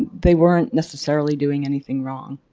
they weren't necessarily doing anything wrong,